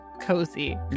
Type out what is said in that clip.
cozy